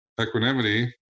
equanimity